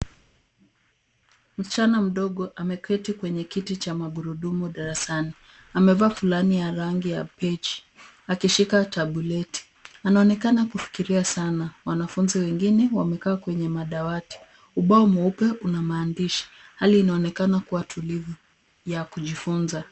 Msichana mdogo ameketi kwenye kiti cha magurudumu darasani. Amevaa fulani ya rangi ya pichi akishika tabuleti. Anaonekana kufikiria sana. Wanafunzi wengine wamekaa kwenye madawati. Ubao mweupe una maandishi. Hali inaonekana kuwa tulivu ya kujifunza.